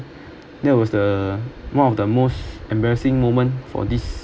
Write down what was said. that was the one of the most embarrassing moment for this